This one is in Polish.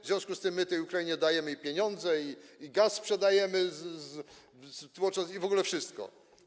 W związku z tym my tej Ukrainie dajemy pieniądze i gaz sprzedajemy, i w ogóle wszystko.